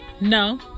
No